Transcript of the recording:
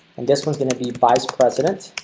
and this one's going to be vice president